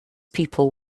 people